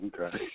Okay